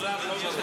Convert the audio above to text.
--- לשר לא ברור.